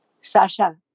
Sasha